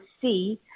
see